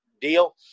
deal